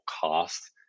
cost